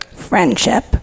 Friendship